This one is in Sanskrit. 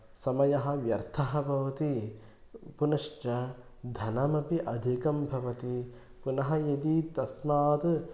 समयः व्यर्थः भवति पुनश्च धनमपि अधिकं भवति पुनः यदि तस्मात्